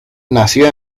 nació